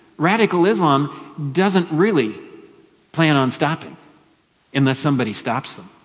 radical islam doesn't really plan on stopping unless somebody stops them.